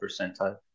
percentile